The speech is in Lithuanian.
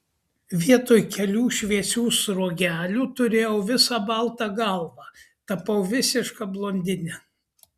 vietoj kelių šviesių sruogelių turėjau visą baltą galvą tapau visiška blondine